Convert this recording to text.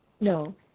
No